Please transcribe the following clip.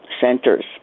centers